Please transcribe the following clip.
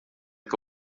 que